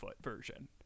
version